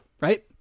Right